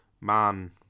man